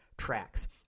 tracks